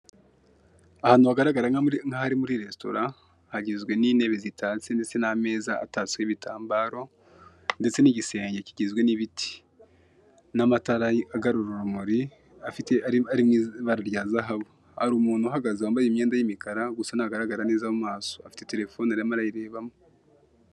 Ahantu hagaragara nk'ahari muri resitora, hagizwe n'intebe zitatse ndetse n'ameza atatsweho ibitambaro, ndetse n'igisenge kigizwe n'ibiti, n'amatara agarura urumuri afite ari mu ibara rya zahabu, hari umuntu uhagaze wamabye imyenda y'imikara gusa ntagaragara neza mu maso afite terefone arimo arayirebamo.